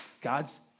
God's